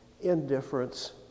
indifference